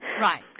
Right